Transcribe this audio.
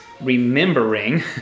remembering